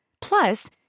Plus